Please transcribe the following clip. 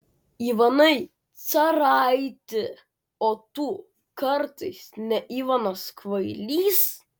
ivanai caraiti o tu kartais ne ivanas kvailys